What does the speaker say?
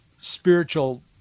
spiritual